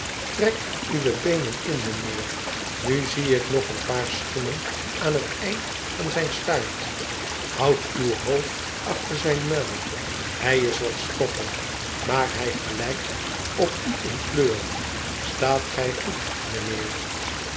trek uwebeenen in mijnheer nu zie ik nog een pap schoenen aan het eind van zijn staart houd uw hoofd achter zijn muil hij is wat stoffig maar hij gelijkt op u in kleur staat gij goed mijnheer